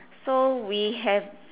so we have